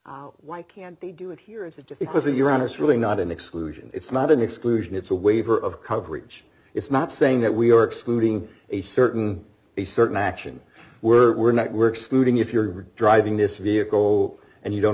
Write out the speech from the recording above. policy why can't they do it here is that it was in your honour's really not an exclusion it's not an exclusion it's a waiver of coverage it's not saying that we are excluding a certain a certain action we're we're network scooting if you're driving this vehicle and you don't